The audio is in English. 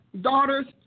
daughters